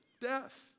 death